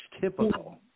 typical